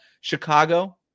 Chicago